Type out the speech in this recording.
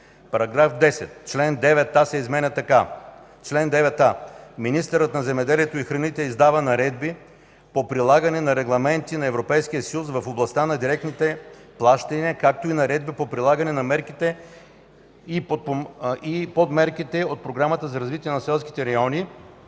§ 10: „§ 10. Член 9а се изменя така: „Чл. 9а. Министърът на земеделието и храните издава наредби по прилагане на регламенти на Европейския съюз в областта на директните плащания, както и наредби по прилагането на мерките и подмерките от Програмата за развитие на селските райони